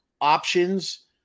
options